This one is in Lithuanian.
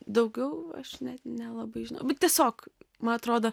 daugiau aš net nelabai žinau bet tiesiog man atrodo